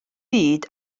byd